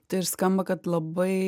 tai skamba kad labai